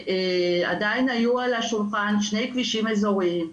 כשעדיין היו על השולחן שני כבישים אזוריים: